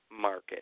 market